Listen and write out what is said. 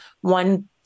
One